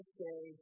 say